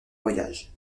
voyage